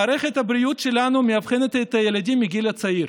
מערכת הבריאות שלנו מאבחנת את הילדים מגיל צעיר,